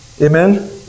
amen